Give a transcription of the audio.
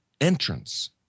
entrance